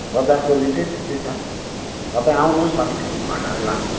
बजारको रेटै त्यस्तै छ तपाईँ आउनुहोस् अलिकिति घटाएर लानुहोस्